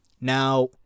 Now